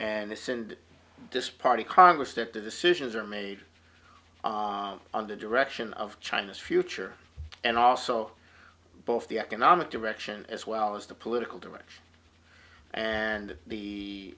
and this and this party congress that the decisions are made on the direction of china's future and also both the economic direction as well as the political direction and the